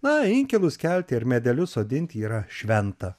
na inkilus kelti ir medelius sodinti yra šventa